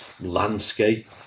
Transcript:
landscape